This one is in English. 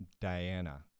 Diana